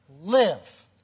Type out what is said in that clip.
live